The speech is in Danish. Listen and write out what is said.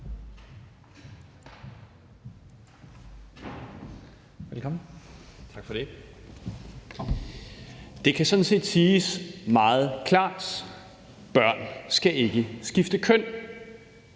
(DF): Tak for det. Det kan sådan set siges meget klart: Børn skal ikke skifte køn.